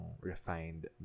refined